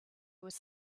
was